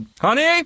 honey